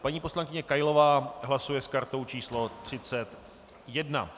Paní poslankyně Kailová hlasuje s kartou číslo 31.